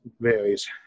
varies